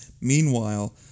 Meanwhile